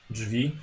Drzwi